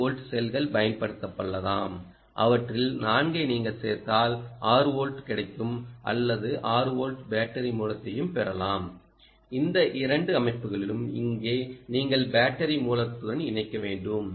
5 volt செல்கள் பயன்படுத்தப்படலாம் அவற்றில் 4 ஐ நீங்கள் சேர்த்தால் 6 வோல்ட் கிடைக்கும் அல்லது 6 வோல்ட் பேட்டரி மூலத்தையும் பெறலாம் இந்த இரண்டு அமைப்புகளிலும் இங்கே நீங்கள் பேட்டரி மூலத்துடன் இணைக்க வேண்டும்